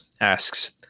asks